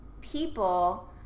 people